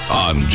on